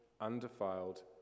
undefiled